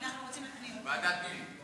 אנחנו רוצים, לוועדת הפנים.